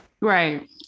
Right